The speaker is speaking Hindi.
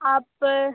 आप